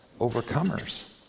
overcomers